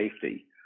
safety